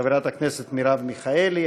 וחברות הכנסת מרב מיכאלי,